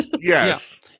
yes